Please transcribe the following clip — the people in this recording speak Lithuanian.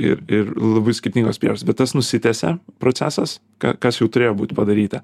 ir ir labai skirtingos priežastys bet tas nusitęsė procesas ka kas jau turėjo būt padaryta